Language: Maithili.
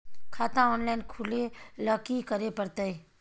खाता ऑनलाइन खुले ल की करे परतै?